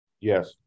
Yes